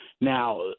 Now